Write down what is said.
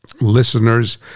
listeners